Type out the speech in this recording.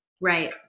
Right